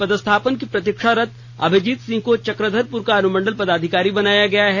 पदस्थापन की प्रतीक्षारत अभिजीत सिंह को चकधरपुर का अनुमंडल पदाधिकारी बनाया गया है